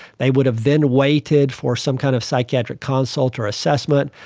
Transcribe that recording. they would have then waited for some kind of psychiatric consult or assessment.